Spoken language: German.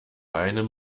einem